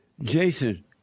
Jason